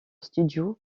studio